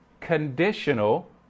conditional